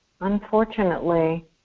unfortunately